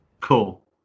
Cool